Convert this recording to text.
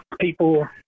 people